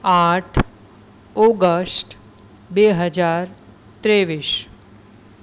આઠ ઓગસ્ટ બે હજાર ત્રેવીસ